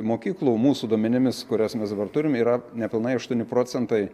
mokyklų mūsų duomenimis kurias mes dabar turim yra nepilnai aštuoni procentai